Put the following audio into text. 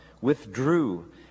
withdrew